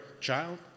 child